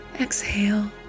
Exhale